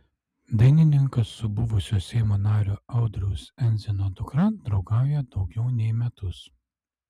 dainininkas su buvusio seimo nario audriaus endzino dukra draugauja daugiau nei metus